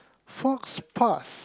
faux pas